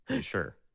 Sure